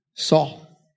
Saul